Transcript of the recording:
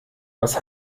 was